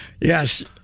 Yes